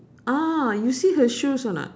ah you see her shoes or not